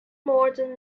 modern